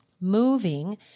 moving